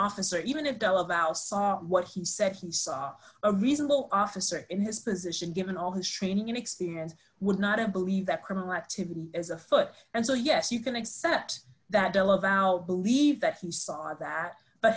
officer even if tell about what he said he saw a reasonable officer in his position given all his training and experience would not i believe that criminal activity is afoot and so yes you can accept that dell about believe that he saw that but